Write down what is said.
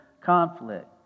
conflict